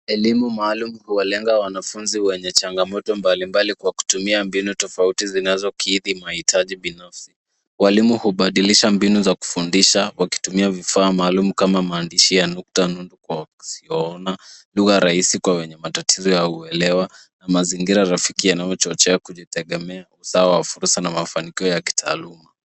Elimu maalum huwalenga wanafunzi wenye changamoto mbalimbali kwa kutumia mbinu tofauti zinazokidhi mahitaji binafsi. Walimu hubadilisha mbinu za kufundisha wakitumia vifaa maalum kama maandishi ya nukta nundu kwa wasioona, lugha rahisi kwa wenye matatizo ya uelewa na mazingira rafiki yanachochea kujitegemea, usawa wa fursa na mafanikio ya kitaaluma.